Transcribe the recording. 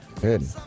Good